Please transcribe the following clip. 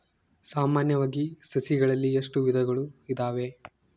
ಸಾಮಾನ್ಯವಾಗಿ ಸಸಿಗಳಲ್ಲಿ ಎಷ್ಟು ವಿಧಗಳು ಇದಾವೆ?